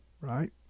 right